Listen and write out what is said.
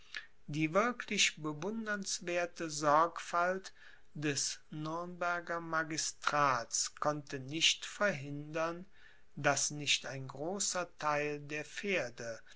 die wirklich bewundernswerte sorgfalt des nürnberger magistrats konnte nicht verhindern daß nicht ein großer theil der pferde